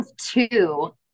two